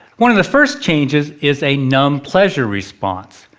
one of the first changes is a numbed pleasure response.